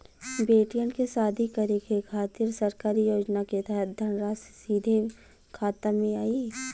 बेटियन के शादी करे के खातिर सरकारी योजना के तहत धनराशि सीधे खाता मे आई?